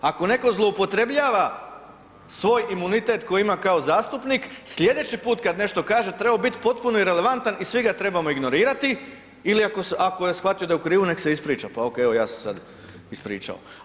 Ako netko zloupotrjebljava svoj imunitet koji ima kao zastupnik sljedeći put kada nešto kaže trebao bi biti potpuno irelevantan i svi ga trebamo ignorirati ili ako je shvatio da je u krivu neka se ispriča, pa ok evo ja se sad ispričao.